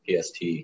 PST